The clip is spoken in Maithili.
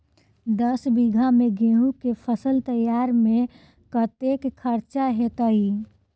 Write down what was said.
दस बीघा मे गेंहूँ केँ फसल तैयार मे कतेक खर्चा हेतइ?